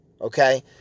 Okay